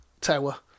Tower